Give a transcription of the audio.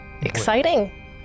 exciting